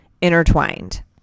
intertwined